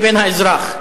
לבין האזרח?